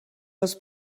les